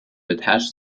attach